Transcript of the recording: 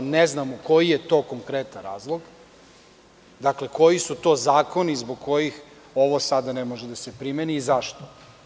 Ne znamo koji je to konkretan razlog, dakle koji su to zakoni zbog kojih ovo sada ne može da se primeni i zašto?